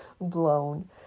blown